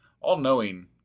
all-knowing